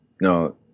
no